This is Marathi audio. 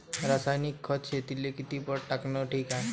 रासायनिक खत शेतीले किती पट टाकनं ठीक हाये?